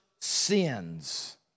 sins